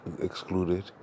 excluded